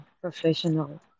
professional